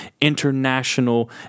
international